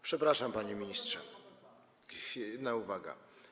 Przepraszam, panie ministrze, jedna uwaga.